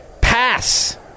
Pass